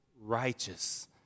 righteous